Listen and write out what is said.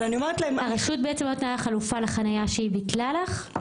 הרשות לא נתנה לך חלופה לחניה שהיא ביטלה לך?